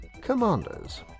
commanders